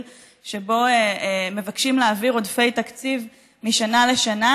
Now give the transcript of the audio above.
שבו מבקשים להעביר עודפי תקציב משנה לשנה.